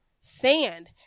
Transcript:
sand